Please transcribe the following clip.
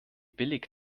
billig